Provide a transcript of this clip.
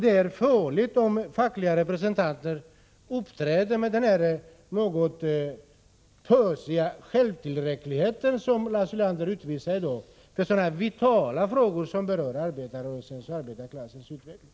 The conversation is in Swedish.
Det är farligt om fackliga representanter uppträder med den något pösiga självtillräcklighet som Lars Ulander uppvisar i dag. Detta är vitala frågor som berör arbetarrörelsen och arbetarklassens utveckling.